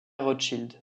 rothschild